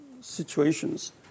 situations